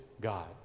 God